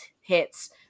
hits